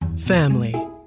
family